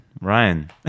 Ryan